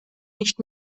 nicht